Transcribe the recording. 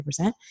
100%